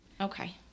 Okay